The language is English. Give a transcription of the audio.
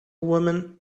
women